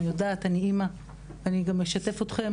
אני יודעת את זה מהיותי אמא ואשתף אותכם